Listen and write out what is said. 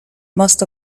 most